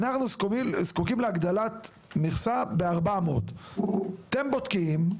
״אנחנו זקוקים להגדלת מכסה ב-400.״ אתם בודקים,